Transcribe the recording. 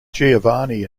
giovanni